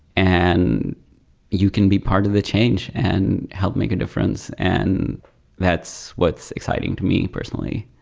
and you can be part of the change and help make a difference. and that's what's exciting to me, personally.